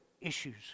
issues